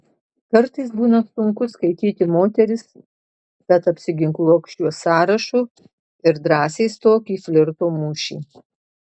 kartais būna sunku skaityti moteris tad apsiginkluok šiuo sąrašu ir drąsiai stok į flirto mūšį